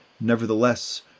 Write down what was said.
Nevertheless